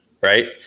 Right